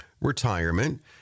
retirement